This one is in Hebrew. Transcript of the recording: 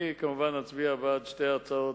אני אצביע כמובן בעד שתי ההצעות